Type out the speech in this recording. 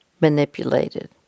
manipulated